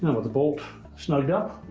with the bolt snugged up,